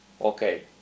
Okay